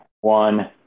one